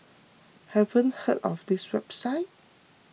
haven't heard of this website